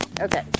Okay